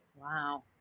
wow